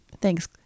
Thanks